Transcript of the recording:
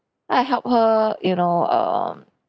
then I help her you know um